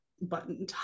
button